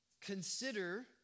Consider